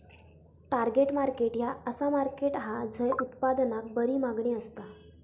target market ह्या असा market हा झय उत्पादनाक बरी मागणी असता